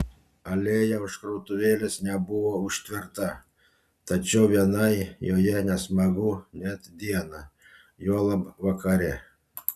alėja už krautuvėlės nebuvo užtverta tačiau vienai joje nesmagu net dieną juolab vakare